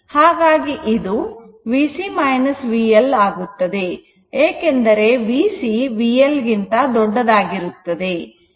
ಹಾಗಾಗಿ ಇದು VC VL ಆಗುತ್ತದೆ ಏಕೆಂದರೆ VC VL ಗಿಂತ ದೊಡ್ಡದಾಗಿರುತ್ತದೆ